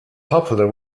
popular